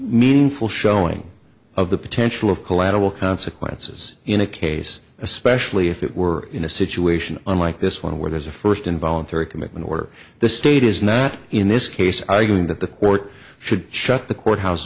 meaningful showing of the potential of collateral consequences in a case especially if it were in a situation unlike this one where there's a first involuntary commitment order the state is not in this case arguing that the court should shut the courthouse